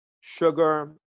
sugar